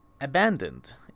Abandoned